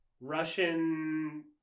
Russian